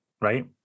Right